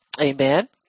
Amen